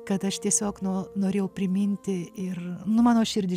kad aš tiesiog nu norėjau priminti ir nu mano širdį